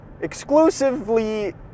exclusively